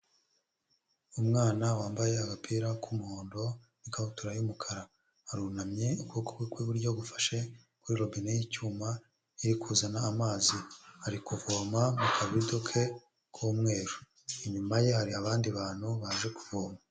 Umwana wambaye agapira k'umuhondo n'ikabutura y'umukara, arunamye ukuboko kw'iburyo gufashe kuri robine y'icyuma iri kuzana amazi, ari kuvoma mu kabido ke k'umweru inyuma ye hari abandi bantu baje kuvoma.